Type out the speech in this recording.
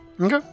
Okay